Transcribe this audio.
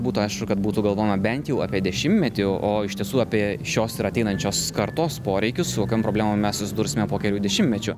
būtų aišku kad būtų galvojama bent jau apie dešimtmetį o iš tiesų apie šios ir ateinančios kartos poreikius su kokiom problemom mes susidursime po kelių dešimtmečių